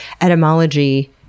etymology